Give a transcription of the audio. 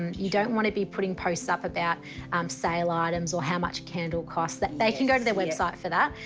and you don't want to be putting posts up about um sale items or how much a candle costs, they can go to the website for that.